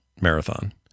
marathon